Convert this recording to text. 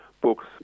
books